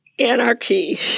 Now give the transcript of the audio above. Anarchy